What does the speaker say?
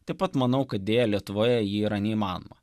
taip pat manau kad deja lietuvoje ji yra neįmanoma